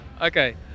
Okay